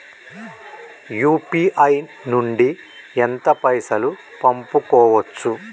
UPI నుండి ఎంత పైసల్ పంపుకోవచ్చు?